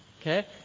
Okay